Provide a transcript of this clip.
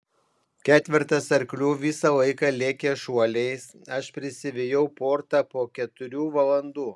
ketvertas arklių visą laiką lėkė šuoliais aš prisivijau portą po keturių valandų